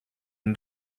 une